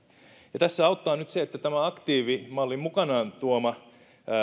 tässä auttaa nyt se että nämä aktiivimallin mukanaan tuomat